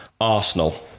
arsenal